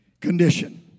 Condition